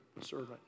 servant